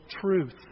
truth